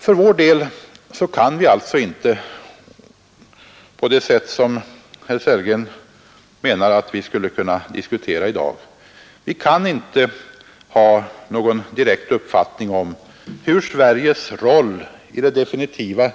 För vår del kan vi alltså inte — herr Sellgren menar ju att vi skulle kunna diskutera det i dag — ha någon direkt uppfattning om hur Sveriges roll i det definitiva